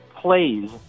plays